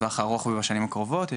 בטווח הארוך ובשנים הקרובות,